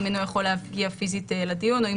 אם אינו יכול להגיע פיזית לדיון או אם